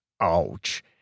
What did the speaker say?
ouch